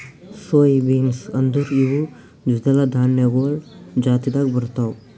soy beans ಅಂದುರ್ ಇವು ದ್ವಿದಳ ಧಾನ್ಯಗೊಳ್ ಜಾತಿದಾಗ್ ಬರ್ತಾವ್